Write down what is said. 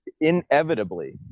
inevitably